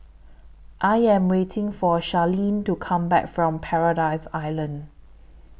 I Am waiting For Charleen to Come Back from Paradise Island